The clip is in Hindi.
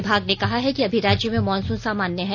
विभाग ने कहा है कि अभी राज्य में मानसून सामान्य है